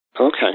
Okay